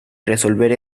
resolver